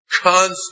Constant